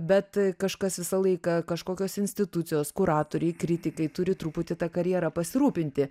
bet kažkas visą laiką kažkokios institucijos kuratoriai kritikai turi truputį ta karjera pasirūpinti